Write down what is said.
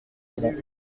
président